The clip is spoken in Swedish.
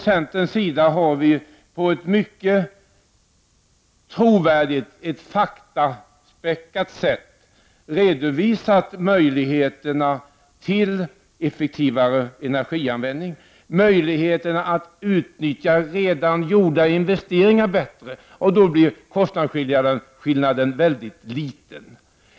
Centern har på ett mycket trovärdigt och faktaspäckat sätt redovisat möjligheterna till en effektivare energianvändning och möjligheterna att bättre utnyttja redan gjorda investeringar. Då blir kostnadsskillnaden mycket liten.